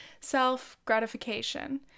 self-gratification